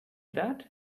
that